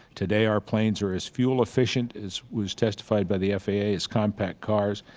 today our planes are as fuel-efficient, as was testified by the faa, as compact cars,